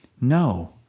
No